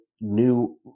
new